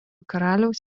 karaliaus